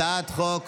הצעת חוק